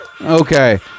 Okay